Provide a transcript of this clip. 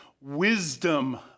wisdom